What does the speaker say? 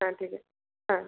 হ্যাঁ ঠিক আছে হ্যাঁ